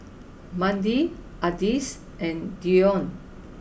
Mandie Ardyce and Deion